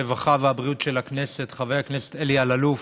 הרווחה והבריאות של הכנסת חבר הכנסת אלי אלאלוף,